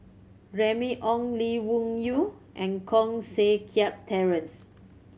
Remy Ong Lee Wung Yew and Koh Seng Kiat Terence